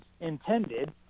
intended